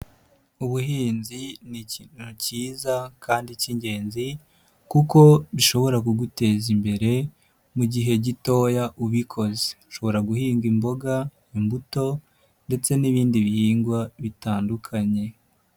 Ubuhinzi ni ikintu cyiza kandi cy'ingenzi kuko bishobora kuguteza imbere mu gihe gitoya ubikoze, ushobora guhinga imboga, imbuto ndetse n'ibindi bihingwa bitandukanye.